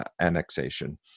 annexation